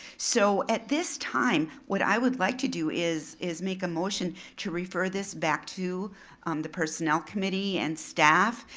so at this time, what i would like to do is is make a motion to refer this back to the personnel committee and staff,